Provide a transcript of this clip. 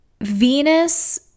Venus